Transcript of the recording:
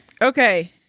Okay